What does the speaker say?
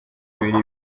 bibiliya